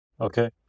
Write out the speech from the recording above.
okay